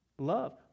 Love